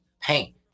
paint